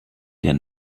der